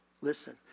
listen